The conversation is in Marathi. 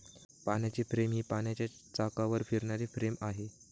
पाण्याची फ्रेम ही पाण्याच्या चाकावर फिरणारी फ्रेम आहे